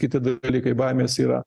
kiti dalykai baimės yra